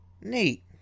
Neat